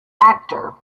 actor